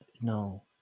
No